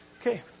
Okay